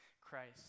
christ